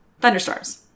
thunderstorms